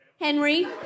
Henry